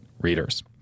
readers